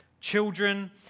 Children